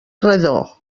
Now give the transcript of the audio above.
redó